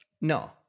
No